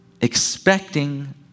expecting